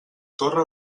torre